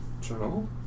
journal